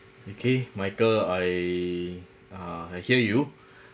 okay michael I uh I hear you